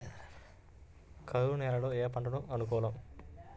కరువు నేలలో ఏ పంటకు అనుకూలం?